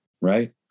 right